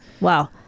Wow